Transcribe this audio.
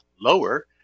lower